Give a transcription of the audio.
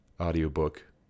audiobook